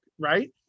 Right